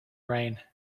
rain